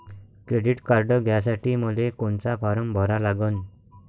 Credit card घ्यासाठी मले कोनचा फारम भरा लागन?